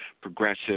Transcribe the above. progressive